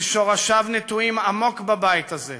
ושורשיו נטועים עמוק בבית הזה.